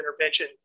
intervention